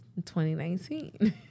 2019